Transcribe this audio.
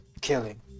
Killing